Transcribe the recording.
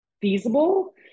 feasible